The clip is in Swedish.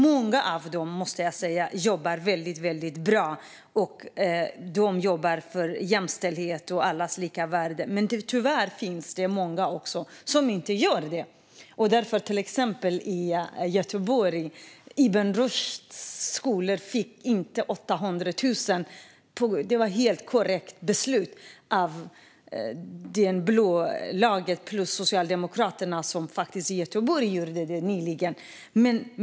Många inom folkbildningen jobbar, måste jag säga, väldigt bra och för jämställdhet och allas lika värde, men tyvärr finns det också många som inte gör det. Ett exempel är Ibn Rushds skolor i Göteborg. Nyligen fick de inte 800 000 kronor, vilket var ett helt korrekt beslut av det blå laget plus Socialdemokraterna i Göteborg.